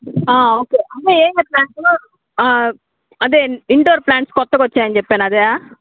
okay అహ ఏ ఏ ప్లాంటు అదే ఇండోర్ ప్లాంట్స్ కొత్తగా వచ్చాయని చెప్పాను అదా